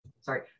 Sorry